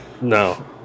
No